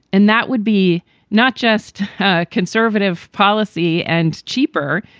and that would be not just conservative policy and cheaper.